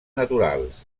naturals